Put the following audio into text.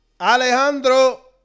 Alejandro